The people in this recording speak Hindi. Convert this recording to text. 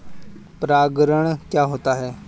परागण क्या होता है?